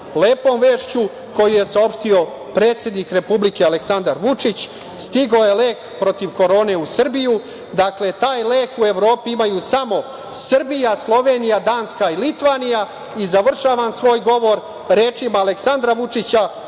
lepom vešću koju je saopštio predsednik Republike Aleksandar Vučić, stigao je lek protiv korone u Srbiju. Dakle, taj lek u Evropi imaju samo Srbija, Slovenija, Danska i Litvanija. Završavam svoj govor rečima Aleksandra Vučića